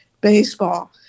baseball